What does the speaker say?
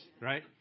right